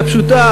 הפשוטה,